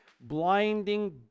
blinding